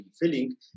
filling